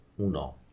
uno